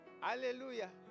Hallelujah